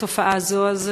התופעה הזאת.